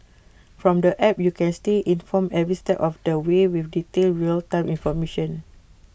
from the app you can stay informed every step of the way with detailed real time information